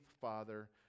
Father